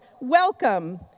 welcome